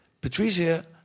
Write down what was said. Patricia